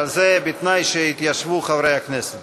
אבל זה בתנאי שיתיישבו חברי הכנסת.